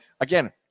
Again